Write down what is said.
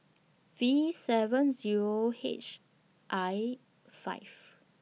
V seven Zero H I five